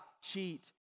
cheat